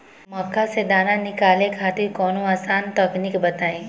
मक्का से दाना निकाले खातिर कवनो आसान तकनीक बताईं?